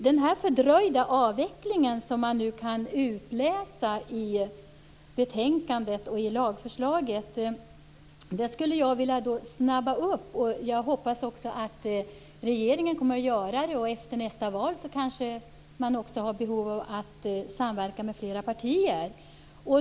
Den fördröjda avveckling som man nu kan utläsa ur betänkandet och lagförslaget skulle jag vilja snabba upp. Jag hoppas också att regeringen kommer att göra det. Efter nästa val kanske man också har behov av att samverka med fler partier.